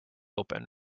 open